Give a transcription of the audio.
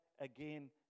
again